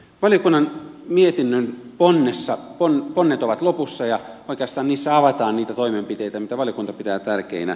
valiokunnan mietinnön ponnessa ponnet ovat lopussa ja oikeastaan niissä avataan niitä toimenpiteitä mitä valiokunta pitää tärkeinä